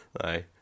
Aye